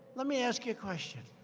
let me ask you a question.